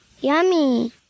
Yummy